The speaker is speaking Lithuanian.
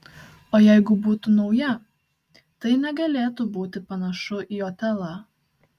o jeigu būtų nauja tai negalėtų būti panašu į otelą